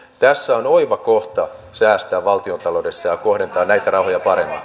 tässä on oiva kohta säästää valtiontaloudessa ja kohdentaa näitä rahoja paremmin